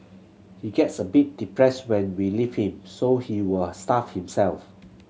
he gets a bit depressed when we leave him so he will starve himself